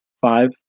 five